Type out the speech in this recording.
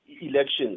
elections